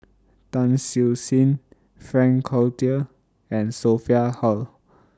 Tan Siew Sin Frank Cloutier and Sophia Hull